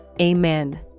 Amen